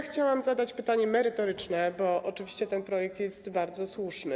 Chciałam zadać pytanie merytoryczne, bo oczywiście ten projekt jest bardzo słuszny.